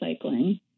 recycling